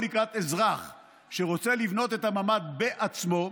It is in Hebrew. לקראת אזרח שרוצה לבנות את הממ"ד בעצמו,